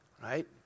right